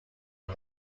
but